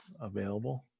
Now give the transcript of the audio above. available